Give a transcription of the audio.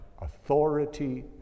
authority